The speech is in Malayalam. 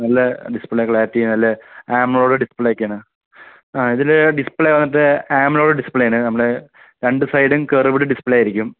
നല്ല ഡിസ്പ്ലേ ക്ലാരിറ്റി നല്ല ആൻഡ്രോയ്ഡ് ഡിസ്പ്ലേയൊക്കെയാണ് ആ ഇതിൽ ഡിസ്പ്ലേ വന്നിട്ട് ആൻഡ്രോയ്ഡ് ഡിസ്പ്ലേയാണ് നമ്മുടെ രണ്ട് സൈഡും കർവ്ഡ് ഡിസ്പ്ലേ ആയിരിക്കും